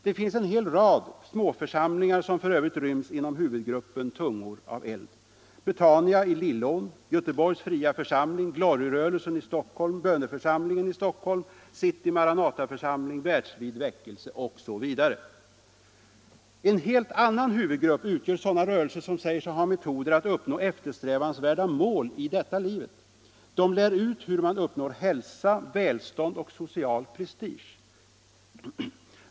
Det finns en hel rad småförsamlingar som f. ö. ryms inom huvudgruppen Tungor av eld: Betania i Lillån, Göteborgs Fria Församling, Glory-rörelsen i Stockholm, Böneförsamlingen i Stockholm, Världsvid Väckelse osv. En helt annan huvudgrupp utgör sådana rörelser som säger sig ha metoder att uppnå eftersträvansvärda mål i detta livet. De lär ut hur man uppnår hälsa, välstånd och social prestige.